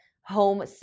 home